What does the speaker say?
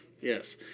Yes